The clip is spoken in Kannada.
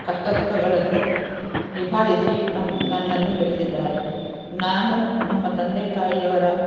ಕಷ್ಟ ಸುಖಗಳನ್ನು ನಿಭಾಯಿಸಿ ನಮ್ಮ ನನ್ನನ್ನು ಬೆಳೆಸಿದ್ದಾರೆ ನಾನು ನಮ್ಮ ತಂದೆ ತಾಯಿಯವರ